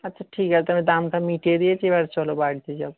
আচ্ছা ঠিক আছে আমি দামটা মিটিয়ে দিয়েছি এবার চলো বাড়িতে যাবো